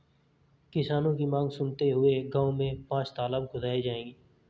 किसानों की मांग सुनते हुए गांव में पांच तलाब खुदाऐ जाएंगे